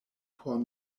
por